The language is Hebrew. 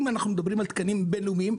אם אנחנו מדברים על תקנים בין-לאומיים,